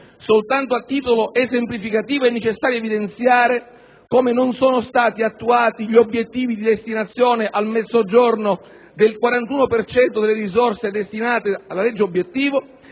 Soltanto a titolo esemplificativo è necessario evidenziare come non sono stati attuati gli obiettivi di destinazione al Mezzogiorno del 41 per cento delle risorse destinate alla legge obiettivo